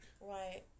Right